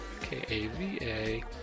k-a-v-a